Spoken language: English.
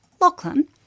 Lachlan